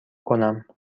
کنم